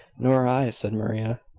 nor i, said maria.